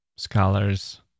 Scholars